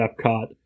Epcot